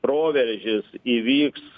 proveržis įvyks